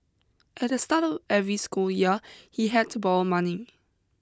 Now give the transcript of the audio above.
at the start of every school year he had to borrow money